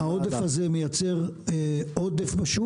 העודף הזה מייצר עודף בשוק?